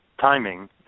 timing